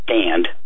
stand